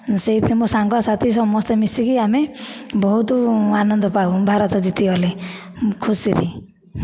ସେଇଠି ମୋ ସାଙ୍ଗସାଥୀ ସମସ୍ତେ ମିଶିକି ଆମେ ବହୁତ ଆନନ୍ଦ ପାଉ ଭାରତ ଜିତିଗଲେ ଖୁସିରେ